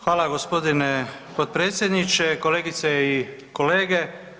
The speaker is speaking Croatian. Hvala g. potpredsjedniče, kolegice i kolege.